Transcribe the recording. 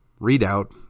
readout